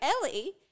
Ellie